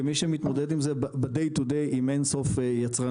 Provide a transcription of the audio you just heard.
במי שמתמודד עם זה ב-day to day עם אינסוף יצרנים,